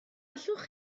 allwch